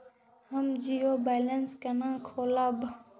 हम zero balance केना खोलैब?